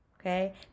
Okay